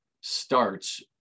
starts